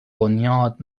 بنیاد